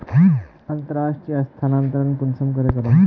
अंतर्राष्टीय स्थानंतरण कुंसम करे करूम?